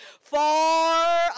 far